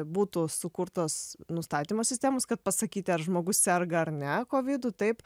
būtų sukurtos nustatymo sistemos kad pasakyti ar žmogus serga ar ne kovidu taip